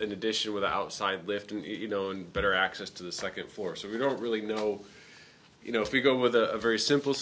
in addition with outside lifting you know and better access to the second floor so we don't really know you know if we go in with a very simple